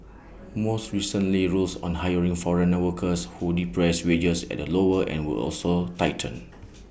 more recently rules on hiring foreign workers who depress wages at the lower end were also tightened